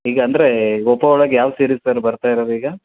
ಈಗ ಅಂದರೆ ಒಪೋ ಒಳಗೆ ಯಾವ ಸಿರೀಸ್ ಸರ್ ಬರ್ತಾಯಿರೋದು ಈಗ